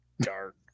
dark